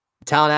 Talent